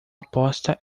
aposta